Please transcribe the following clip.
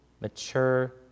mature